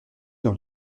dans